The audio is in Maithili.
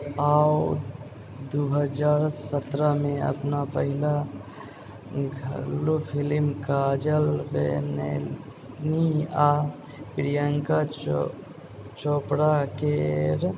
आउ दू हजार सत्रहमे अपना पहिला घरेलू फिलिम काजल बेनौलनि आ प्रियङ्का चोपड़ा केर